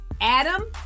Adam